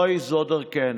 לא זו דרכנו.